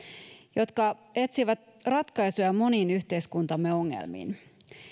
jotka etsivät ratkaisuja moniin yhteiskuntamme ongelmiin